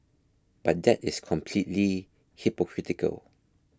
but that is completely hypocritical